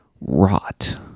Rot